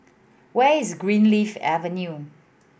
where is Greenleaf Avenue